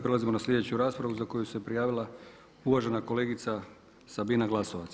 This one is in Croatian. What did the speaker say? Prelazimo na sljedeću raspravu za koju se prijavila uvažena kolegica Sabina Glasovac.